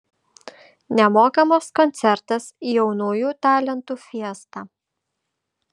nemokamas koncertas jaunųjų talentų fiesta